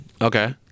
Okay